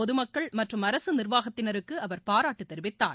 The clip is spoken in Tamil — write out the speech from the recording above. பொது மக்கள் மற்றும் அரசு நிர்வாகத்தினருக்கு அவர் பாராட்டு தெரிவித்தார்